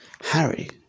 Harry